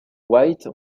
white